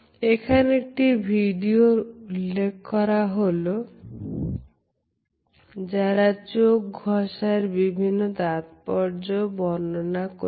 এখানে একটি ভিডিওর উল্লেখ করা হলো যারা চোখ ঘষার বিভিন্ন তাৎপর্য বর্ণনা করা হয়েছে